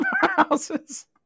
houses